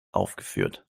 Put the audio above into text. aufgeführt